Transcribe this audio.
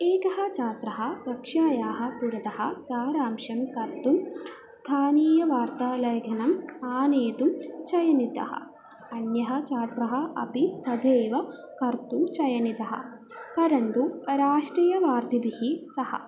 एकः छात्रः कक्ष्यायाः पुरतः सारांशं कर्तुं स्थानीयवार्तालेखनम् आनेतुं चितः अन्यः छात्रः अपि तदेव कर्तुं चितः परन्तु राष्ट्रीयवार्ताभिः सह